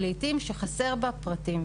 לעיתים כשחסרים בה פרטים,